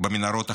במנהרות החמאס.